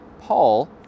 Paul